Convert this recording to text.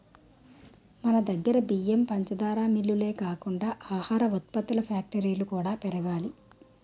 మనదగ్గర బియ్యం, పంచదార మిల్లులే కాకుండా ఆహార ఉత్పత్తుల ఫ్యాక్టరీలు కూడా పెరగాలి